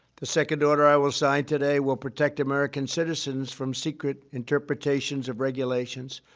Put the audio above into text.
the second order i will sign today will protect american citizens from secret interpretations of regulations,